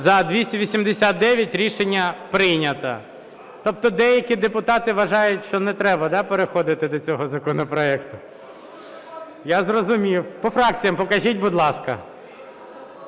За-289 Рішення прийнято. Тобто деякі депутати вважають, що не треба переходити до цього законопроекту. Я зрозумів. По фракціям покажіть, будь ласка.